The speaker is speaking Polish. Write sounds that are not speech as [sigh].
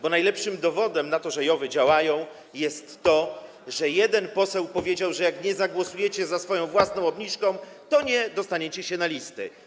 Bo najlepszym dowodem na to, że JOW-y działają, jest to, że jeden poseł powiedział, że jak nie zagłosujecie [applause] za swoją własną obniżką, to nie dostaniecie się na listy.